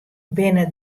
binne